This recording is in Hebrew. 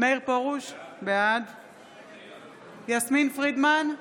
מאיר פרוש, בעד יסמין פרידמן,